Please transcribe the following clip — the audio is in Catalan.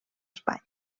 espanya